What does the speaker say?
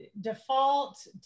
default